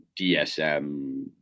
DSM